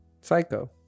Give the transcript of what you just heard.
Psycho